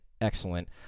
excellent